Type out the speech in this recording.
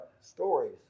stories